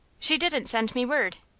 she didn't send me word.